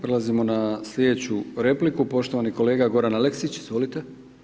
Prelazimo na sljedeću repliku, poštovani kolega Goran Aleksić, izvolite.